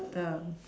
the